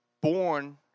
born